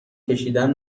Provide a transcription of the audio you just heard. کشیدن